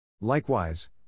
Likewise